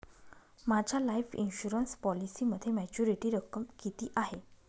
माझ्या life insurance पॉलिसीमध्ये maturity रक्कम किती आहे?